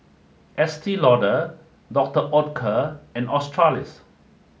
Estee Lauder Dr Oetker and Australis